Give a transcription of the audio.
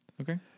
okay